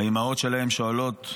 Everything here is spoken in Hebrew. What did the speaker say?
והאימהות שלהם שואלות,